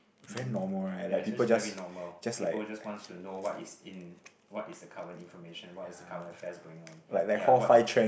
mmhmm ya is just very normal people just wants to know what is in what is the current information what is the current affairs going on ya what